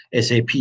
SAP